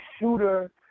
shooter